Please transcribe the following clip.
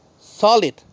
solid